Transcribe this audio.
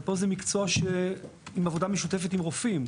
אבל פה זה מקצוע בעבודה משותפת עם רופאים,